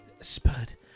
Spud